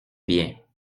bien